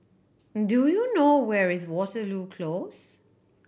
do you know where is Waterloo Close